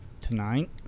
Tonight